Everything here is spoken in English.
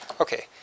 Okay